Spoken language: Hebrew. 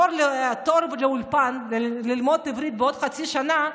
התור לאולפן כדי ללמוד עברית זה בעוד חצי שנה.